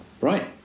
Right